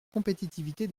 compétitivité